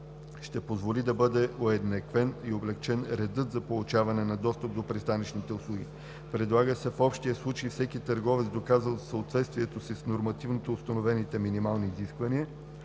ще позволи да бъде уеднаквен и облекчен редът за получаване на достъп до пристанищните услуги. Предлага се в общия случай всеки търговец, доказал съответствието си с нормативно установените минимални изисквания,